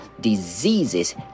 diseases